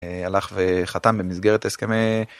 הלך וחתם במסגרת הסכמי